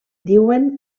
diuen